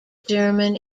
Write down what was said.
german